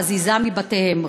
להזיזם מבתיהם,